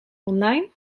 online